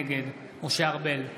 נגד משה ארבל,